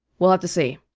we'll have to see